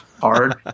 hard